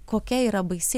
kokia yra baisi